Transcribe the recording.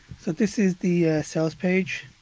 so this is the sales page.